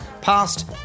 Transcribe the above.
past